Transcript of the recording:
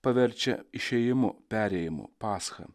paverčia išėjimu perėjimu pascha